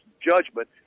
judgment